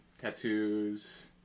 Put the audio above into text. Tattoos